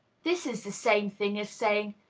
this is the same thing as saying,